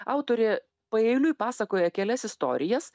autorė paeiliui pasakoja kelias istorijas